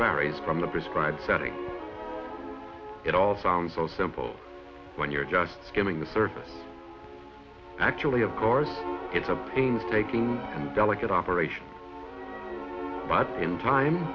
varies from the prescribed setting it all sounds so simple when you're just skimming the surface actually of course it's a painstaking delicate operation but in time